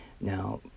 now